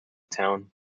town